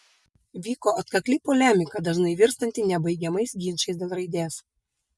vyko atkakli polemika dažnai virstanti nepabaigiamais ginčais dėl raidės